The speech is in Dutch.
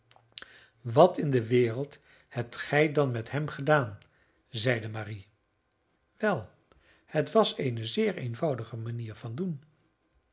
wat in de wereld hebt gij dan met hem gedaan zeide marie wel het was eene zeer eenvoudige manier van doen